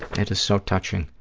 and is so touching.